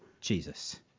Jesus